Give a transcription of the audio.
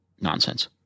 nonsense